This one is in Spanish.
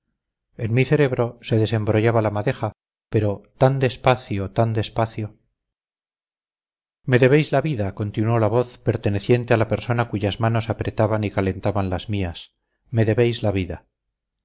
en mi cerebro se desembrollaba la madeja pero tan despacio tan despacio me debéis la vida continuó la voz perteneciente a la persona cuyas manos apretaban y calentaban las mías me debéis la vida